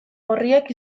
gorriak